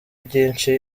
byinshi